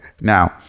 Now